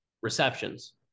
receptions